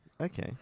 okay